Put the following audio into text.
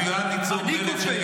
המיועד לייצור דלק,